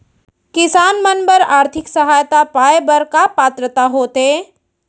किसान मन बर आर्थिक सहायता पाय बर का पात्रता होथे?